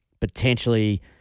potentially